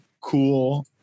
cool